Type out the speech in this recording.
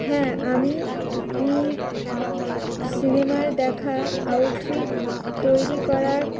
হ্যাঁ আমি ই সিনেমার দেখা আউটফিট তৈরি করার